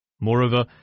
Moreover